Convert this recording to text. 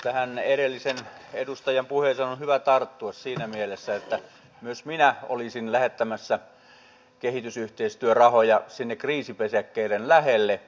tähän edellisen edustajan puheeseen on hyvä tarttua siinä mielessä että myös minä olisin lähettämässä kehitysyhteistyörahoja sinne kriisipesäkkeiden lähelle